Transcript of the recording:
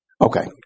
Okay